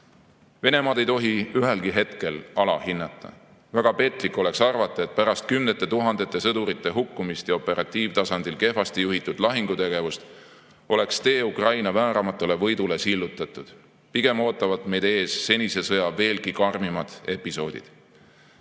ohus. Venemaad ei tohi ühelgi hetkel alahinnata. Väga petlik oleks arvata, et pärast kümnete tuhandete sõdurite hukkumist ja operatiivtasandil kehvasti juhitud lahingutegevust oleks tee Ukraina vääramatule võidule sillutatud. Pigem ootavad meid ees senise sõja veelgi karmimad episoodid.